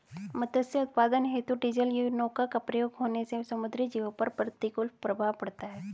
मत्स्य उत्पादन हेतु डीजलयुक्त नौका का प्रयोग होने से समुद्री जीवों पर प्रतिकूल प्रभाव पड़ता है